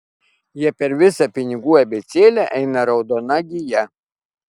jie per visą pinigų abėcėlę eina raudona gija